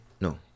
no